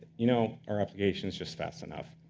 you know our application's just fast enough.